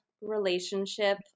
relationship